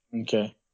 Okay